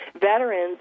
veterans